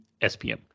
SPM